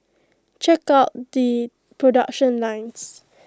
check out the production lines